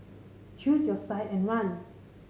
choose your side and run